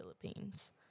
Philippines